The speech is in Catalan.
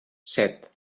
set